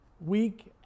week